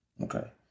Okay